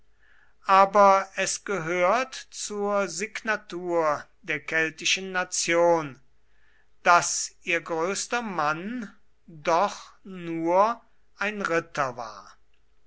aber es gehört zur signatur der keltischen nation daß ihr größter mann doch nur ein ritter war